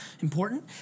important